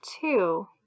two